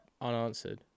unanswered